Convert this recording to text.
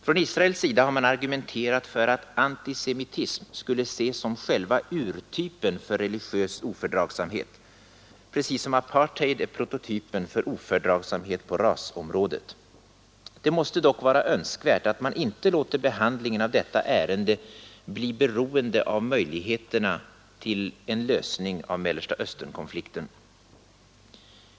Från Israels sida har man argumenterat för att antisemitism skulle ses som själva urtypen för religiös ofördragsamhet, precis som apartheid är prototypen för ofördragsamhet på rasområdet. Det måste dock vara önskvärt att man inte låter behandlingen av detta ärende bli beroende av möjligheterna till en lösning av Mellersta Östern-konflikten.